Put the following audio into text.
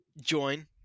join